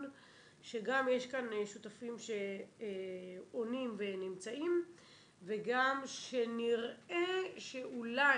שגם יש כאן שותפים שעונים ונמצאים וגם שנראה שאולי